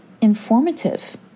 informative